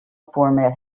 format